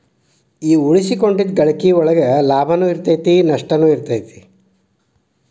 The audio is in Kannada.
ಈ ಉಳಿಸಿಕೊಂಡಿದ್ದ್ ಗಳಿಕಿ ಒಳಗ ಲಾಭನೂ ಇರತೈತಿ ನಸ್ಟನು ಇರತೈತಿ